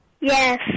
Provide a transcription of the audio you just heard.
Yes